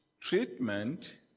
Treatment